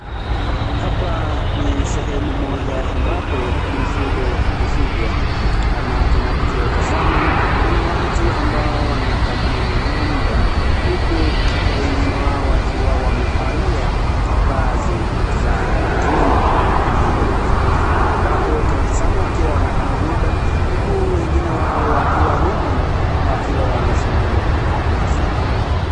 Hapa ni sehemu moja ambapo mifugo hufugwa. Kama tunavyotazama kuna watu ambao wanakamua ng'ombe huku wengine wao wakiwa wamevalia vazi za kilimo maalum ambapo tunatazama wakiwa wanakamua ng'ombe huku wengine wao wakiwa nyuma wakiwa wanasimama wakitazama.